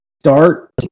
Start